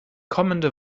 kommende